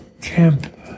Camp